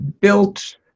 built